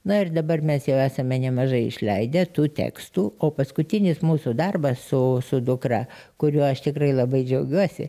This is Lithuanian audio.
na ir dabar mes jau esame nemažai išleidę tų tekstų o paskutinis mūsų darbas su su dukra kuriuo aš tikrai labai džiaugiuosi